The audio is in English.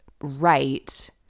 right